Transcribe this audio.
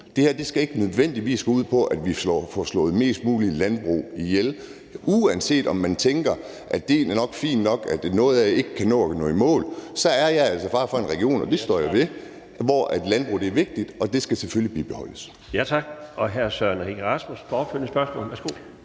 Det her skal ikke nødvendigvis gå ud på, at vi får slået mest muligt landbrug ihjel. Uanset om man tænker, at idéen er fin nok, og at noget af det ikke kan nå i mål, så er jeg altså bare fra en region, og det står jeg ved, hvor landbruget er vigtigt, og det skal selvfølgelig bibeholdes.